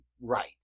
right